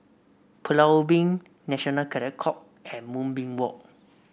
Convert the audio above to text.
Pulau Ubin National Cadet Corp and Moonbeam Walk